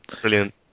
Brilliant